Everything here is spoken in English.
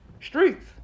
streets